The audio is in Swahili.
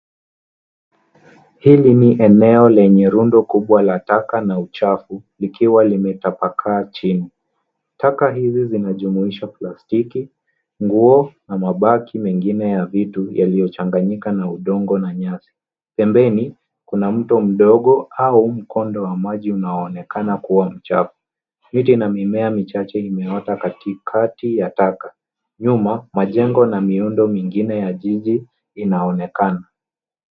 Hili ni eneo lenye rundo kubwa la taka na uchafu likiwa limetapakaa chini. Taka hizi zinajumuisha plastiki, nguo na mabaki mengine ya vitu yaliyochanganyika na udongo na nyasi. Pembeni kuna mto mdogo au mkondo wa maji unaoonekana kuwa mchafu. Miti na mimea mingine imeota katikati ya taka. Nyuma majengo na miundo mingine ya jiji inaonekana.